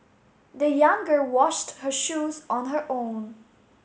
the young girl washed her shoes on her own